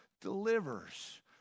delivers